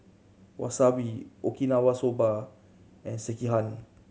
Wasabi Okinawa Soba and Sekihan